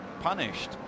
punished